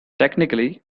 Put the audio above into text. technically